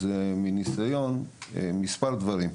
אז מספר דברים מניסיון: א׳: